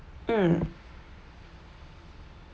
mm